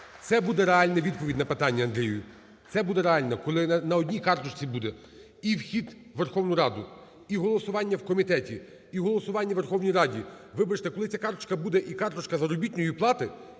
Це буде реальна відповідь на питання, Андрію, це буде реально, коли на одній карточці буде і вхід в Верховну Раду, і голосування в комітеті, і голосування в Верховній Раді, вибачте, коли ця карточка буде і карточка заробітної плати